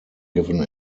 given